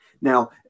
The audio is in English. Now